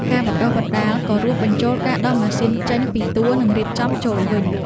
ការបណ្តុះបណ្តាលក៏រួមបញ្ចូលការដោះម៉ាស៊ីនចេញពីតួនិងរៀបចំចូលវិញ។